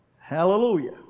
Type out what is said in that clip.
Hallelujah